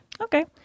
Okay